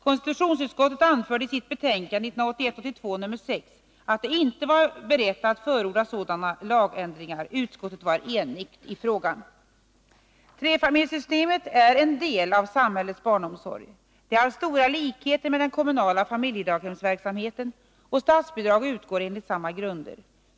Konstitutionsutskottet anförde i sitt betänkande 1981/82:6 att det inte vara berett att förorda sådana lagändringar. Utskottet var enigt i frågan. Trefamiljssystemet är en del av samhällets barnomsorg. Det har stora likheter med den kommunala familjedagshemsverksamheten, och statsbidrag utgår enligt samma grunder.